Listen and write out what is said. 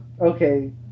Okay